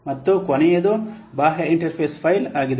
ಮತ್ತು ಕೊನೆಯದು ಬಾಹ್ಯ ಇಂಟರ್ಫೇಸ್ ಫೈಲ್ ಆಗಿದೆ